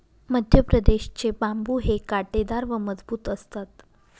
मध्यप्रदेश चे बांबु हे काटेदार व मजबूत असतात